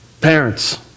Parents